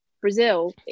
Brazil